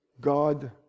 God